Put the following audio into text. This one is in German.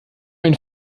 ein